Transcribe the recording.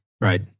Right